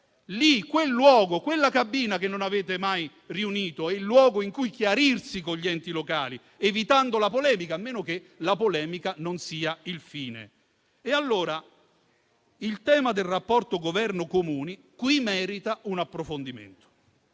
distanti. Quella cabina che non avete mai riunito è il luogo in cui chiarirsi con gli enti locali, evitando la polemica, o almeno che la polemica non sia il fine. Allora, il tema del rapporto Governo-Comuni qui merita un approfondimento,